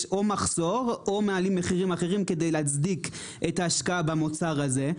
יש או מחסור או שמעלים מחירים אחרים כדי להצדיק את ההשקעה במוצר הזה,